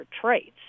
traits